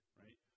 right